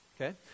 okay